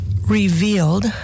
revealed